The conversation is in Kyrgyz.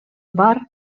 бар